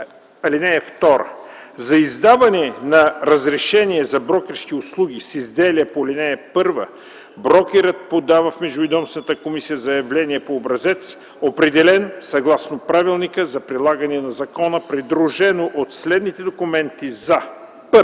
(2) За издаване на разрешение за брокерски услуги с изделия по ал. 1 брокерът подава в Междуведомствената комисия заявление по образец, определен съгласно правилника за прилагане на закона, придружено от следните документи за: 1.